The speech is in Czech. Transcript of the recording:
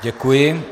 Děkuji.